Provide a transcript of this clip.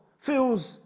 feels